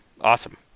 awesome